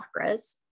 chakras